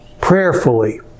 prayerfully